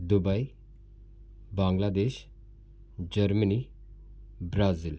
Dubai Bangladesh Germany Brazil